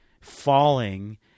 falling